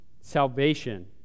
salvation